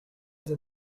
the